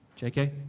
JK